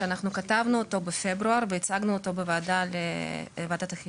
שאנחנו כתבנו אותו בפברואר והצגנו אותו בוועדת החינוך,